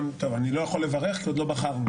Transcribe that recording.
אני לא יכול לברך כי עוד לא בחרנו